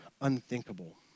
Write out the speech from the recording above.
unthinkable